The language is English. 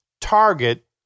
target